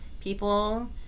people